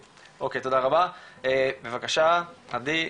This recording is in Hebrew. בבקשה עדי,